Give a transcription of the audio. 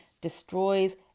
destroys